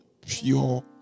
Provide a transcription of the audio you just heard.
pure